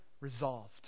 resolved